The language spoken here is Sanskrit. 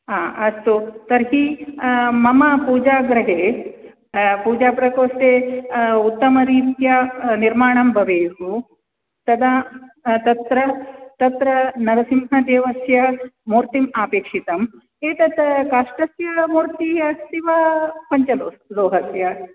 हा अस्तु तर्हि मम पूजागृहे पूजाप्रकोष्ठे उत्तमरीत्या निर्माणं भवेत् तदा तत्र तत्र नरसिंहदेवस्य मूर्तिम् आपेक्षितम् एतत् काष्ठस्य मूर्तिः अस्ति अथवा पञ्चलोह लोहस्य